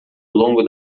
longo